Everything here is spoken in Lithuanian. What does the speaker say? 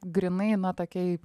grynai na tokiai